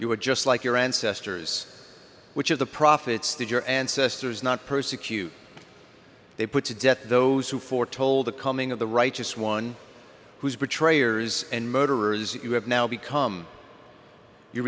you are just like your ancestors which of the prophets that your ancestors not persecute they put to death those who foretold the coming of the righteous one whose betrayers and murderers you have now become you